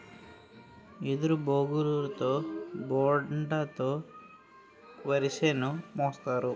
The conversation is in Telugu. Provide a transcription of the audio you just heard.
ఎదురుబొంగుతో బోడ తో వరిసేను మోస్తారు